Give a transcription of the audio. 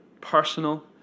personal